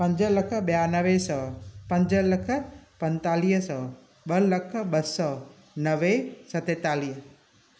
पंज लख ॿियानवे सौ पंज लख पंतालीह सौ ॿ लख ॿ सौ नवे सतेतालीह